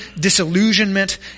disillusionment